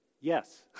Yes